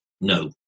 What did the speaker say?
no